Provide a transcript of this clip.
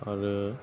आरो